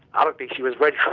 i don't think she was ready